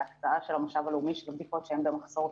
והקצאה של המשאב הלאומי של בדיקות שהן גם חסרות,